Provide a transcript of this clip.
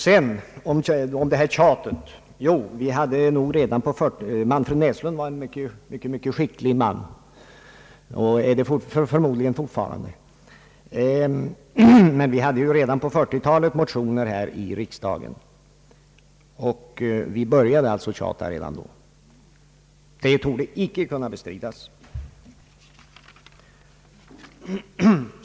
Vad nu det där tjatet beträffar vill jag säga att Manfred Näslund var en mycket skicklig man och är det förmodligen fortfarande, men vi framlade redan på 1940-talet här i riksdagen motioner om lokaliseringspolitiken. Vi började alltså tjata redan då. Det torde icke kunna bestridas.